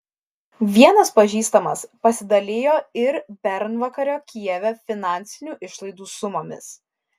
vienas pažįstamas pasidalijo ir bernvakario kijeve finansinių išlaidų sumomis